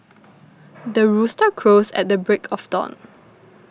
the rooster crows at the break of dawn